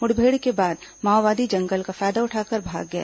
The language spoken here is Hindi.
मुठभेड़ के बाद माओवादी जंगल का फायदा उठाकर भाग गए